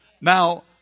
Now